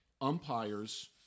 umpires